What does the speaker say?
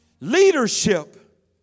Leadership